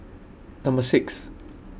Number six